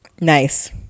Nice